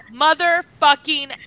Motherfucking